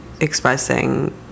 expressing